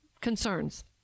concerns